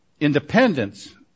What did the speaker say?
independence